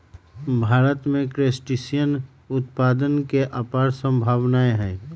भारत में क्रस्टेशियन उत्पादन के अपार सम्भावनाएँ हई